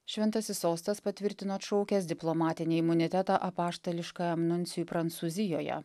šventasis sostas patvirtino atšaukęs diplomatinį imunitetą apaštališkajam nuncijui prancūzijoje